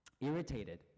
irritated